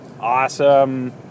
awesome